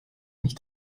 nicht